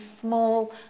small